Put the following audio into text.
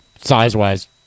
size-wise